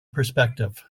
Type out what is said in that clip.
perspective